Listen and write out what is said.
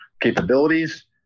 capabilities